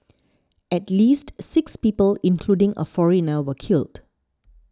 at least six people including a foreigner were killed